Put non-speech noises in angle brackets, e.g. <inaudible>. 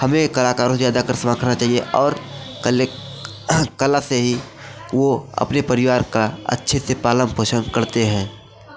हमें कलाकारों से ज़्यादा <unintelligible> चाहिए और कलेक कला से ही वह अपने परिवार का अच्छे से पालन पोषण करते हैं